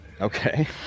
okay